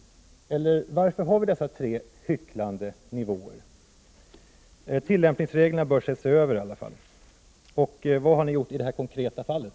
Varför hycklar man genom att ha dessa tre nivåer? Jag anser att tillämpningsreglerna i alla fall bör ses över, och jag undrar också vad ni har gjort i det här konkreta fallet.